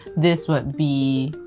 this would be.